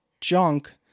junk